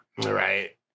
Right